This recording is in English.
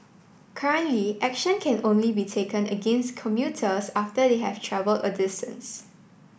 currently action can only be taken against commuters after they have travelled a distance